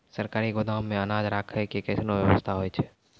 सरकारी गोदाम मे अनाज राखै के कैसनौ वयवस्था होय छै?